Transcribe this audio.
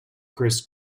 chris